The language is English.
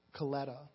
Coletta